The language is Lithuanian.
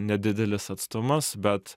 nedidelis atstumas bet